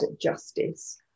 justice